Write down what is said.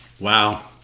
Wow